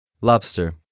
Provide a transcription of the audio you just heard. Lobster